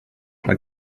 mae